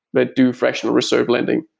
that do fractional reserve lending.